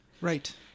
Right